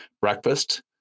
breakfast